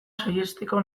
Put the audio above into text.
saihesteko